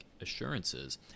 assurances